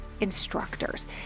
instructors